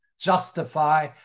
justify